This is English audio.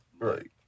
Right